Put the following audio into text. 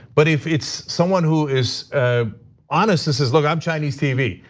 but if it's someone who is ah honest this is look, i'm chinese tv.